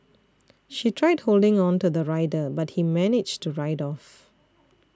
she tried holding on to the rider but he managed to ride off